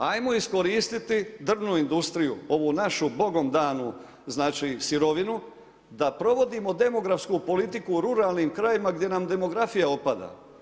Hajmo iskoristiti drvnu industriju, ovu našu bogom danu znači sirovinu da provodimo demografsku politiku u ruralnim krajevima gdje nam demografija opada.